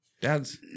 Dads